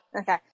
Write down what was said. Okay